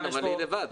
כן, אבל היא לבד.